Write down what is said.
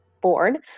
board